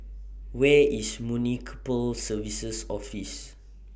Where IS Municipal Services Office